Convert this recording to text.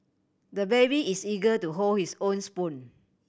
the baby is eager to hold his own spoon